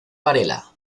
varela